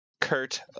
kurt